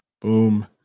Boom